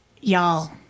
y'all